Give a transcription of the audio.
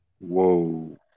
Whoa